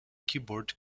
keyboard